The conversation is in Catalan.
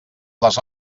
les